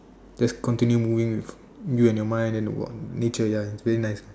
just continue moving with you and your mind and the what nature ya very nice